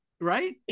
Right